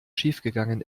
schiefgegangen